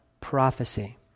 prophecy